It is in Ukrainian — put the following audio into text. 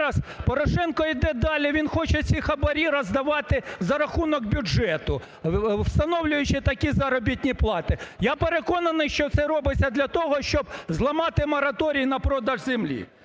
зараз Порошенко йде далі, він хоче ці хабарі роздавати за рахунок бюджету, встановлюючи такі заробітні плати. Я переконаний, що це робиться для того, щоб зламати мораторій на продаж землі.